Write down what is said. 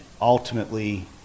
ultimately